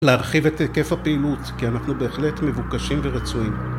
להרחיב את היקף הפעילות כי אנחנו בהחלט מבוקשים ורצויים